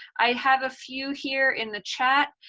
i have a few here in the chat,